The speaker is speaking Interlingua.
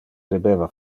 debeva